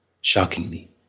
shockingly